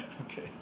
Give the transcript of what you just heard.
Okay